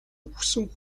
үхсэн